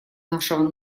нашего